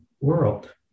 world